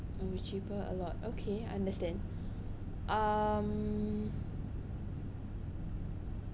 will be cheaper a lot okay understand um